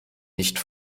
nicht